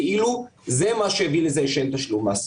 כאילו זה מה שהביא לזה שאין תשלום מס.